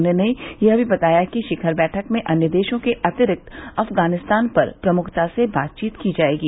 उन्होंने यह भी बताया कि शिखर बैठक में अन्य देशों के अतिरिक्त अफगानिस्तान पर प्रमुखता से बातचीत की जाएगी